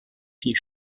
die